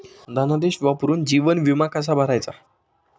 धनादेश वापरून जीवन विमा कसा भरायचा?